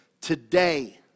Today